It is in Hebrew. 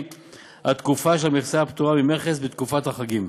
התקופה של המכסה הפטורה ממכס בתקופת החגים.